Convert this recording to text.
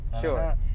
Sure